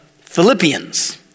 Philippians